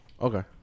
Okay